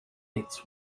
its